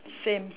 same